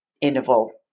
interval